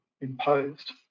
imposed